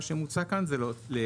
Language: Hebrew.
מה שמוצע כאן זה להוסיף